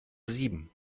sieben